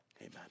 Amen